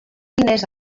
diners